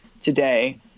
today